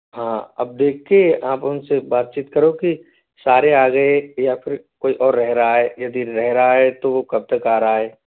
हाँ अब देख के आप उनसे बातचीत करो कि सारे आ गए या फिर कोई और रह रहा है यदि रह रहा है तो वो कब तक आ रहा है